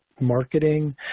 marketing